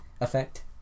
effect